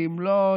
ואם לא,